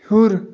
ہیوٚر